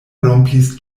rompis